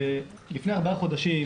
לפני 4 חודשים